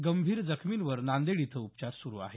गंभीर जखमीवर नांदेड इथं उपचार सुरू आहेत